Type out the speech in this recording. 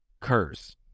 curse